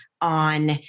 on